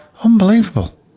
Unbelievable